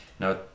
Now